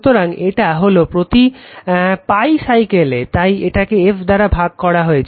সুতরাং এটা হলো প্রতি π সাইকেলে তাই এটাকে f দ্বারা ভাগ করা হয়েছে